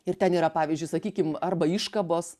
ir ten yra pavyzdžiui sakykim arba iškabos